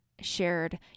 shared